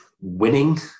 winning